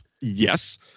Yes